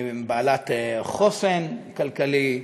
בעלת חוסן כלכלי,